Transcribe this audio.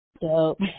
Dope